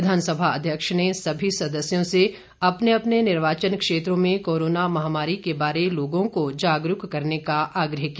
विधानसभा अध्यक्ष ने सभी सदस्यों से अपने अपने निर्वाचन क्षेत्रों में कोरोना महामारी के बारे लोगों के जागरूक करने का आग्रह किया